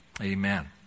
Amen